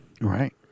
Right